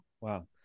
Wow